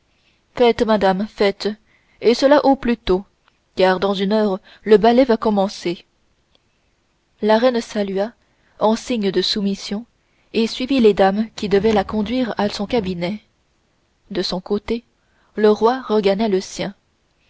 madame faites et cela au plus tôt car dans une heure le ballet va commencer la reine salua en signe de soumission et suivit les dames qui devaient la conduire à son cabinet de son côté le roi regagna le sien